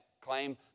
claim